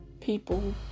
people